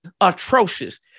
atrocious